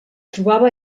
trobava